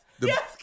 Yes